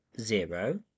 zero